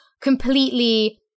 completely